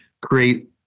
create